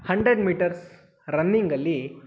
hundred meters ರನ್ನಿಂಗಲ್ಲಿ